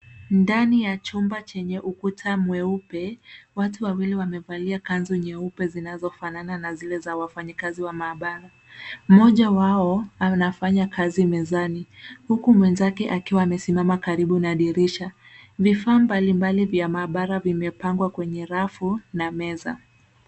Ndani ya chumba chenye ukuta mweupe, watu wawili wamevalia kanzu nyeupe zinazofanana na zile za wafanyakazi wa maabara. Mmoja wao anafanya kazi mezani, huku mwenzake akiwa amesimama karibu na dirisha. Vifaa mbali mbali vya maabara vimepangwa kwenye rafu na meza.